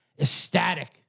ecstatic